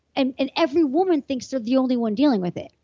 and and every woman thinks they're the only one dealing with it.